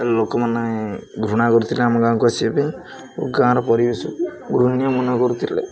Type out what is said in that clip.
ଲୋକମାନେ ଘୃଣା କରୁଥିଲେ ଆମ ଗାଁକୁ ଆସିବା ପାଇଁ ଓ ଗାଁର ପରିବେଶକୁ ଗୃହିଣୀୟ ମନେ କରୁଥିଲେ